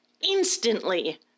instantly